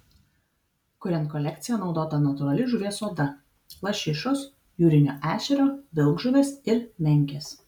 kuriant kolekciją naudota natūrali žuvies oda lašišos jūrinio ešerio vilkžuvės ir menkės